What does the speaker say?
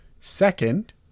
second